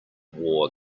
wore